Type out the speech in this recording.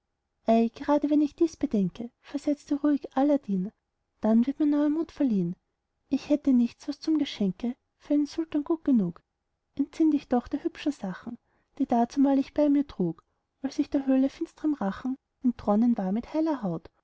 grade wenn ich dies bedenke versetzte ruhig aladdin dann wird mir neuer mut verliehn ich hätte nichts was zum geschenke für einen sultan gut genug entsinn dich doch der hübschen sachen die dazumal ich bei mir trug als ich der höhle finstrem rachen entronnen war mit heiler haut